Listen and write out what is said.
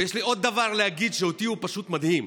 ויש לי עוד דבר להגיד, שאותי הוא פשוט מדהים: